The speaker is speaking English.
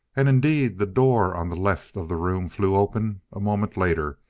and, indeed, the door on the left of the room flew open a moment later,